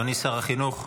אדוני שר החינוך,